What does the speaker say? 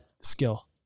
skill